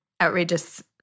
outrageous